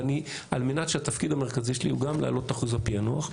על מנת שהתפקיד המרכזי שלי הוא גם להעלות את אחוז הפענוח,